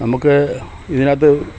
നമുക്ക് ഇതിനകത്ത്